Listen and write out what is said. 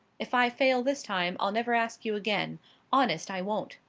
if i fail this time, i'll never ask you again honest, i won't.